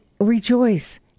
rejoice